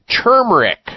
turmeric